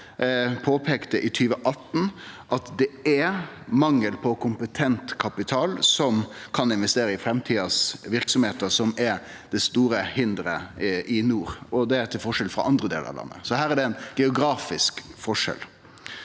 at det er mangel på kompetent kapital som kan investere i framtidas verksemder, som er det store hinderet i nord – til forskjell frå i andre delar av landet. Her er det altså geografiske forskjellar.